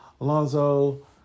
Alonzo